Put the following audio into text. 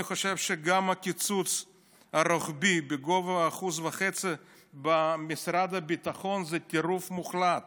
אני חושב שגם הקיצוץ הרוחבי בגובה 1.5% במשרד הביטחון זה טירוף מוחלט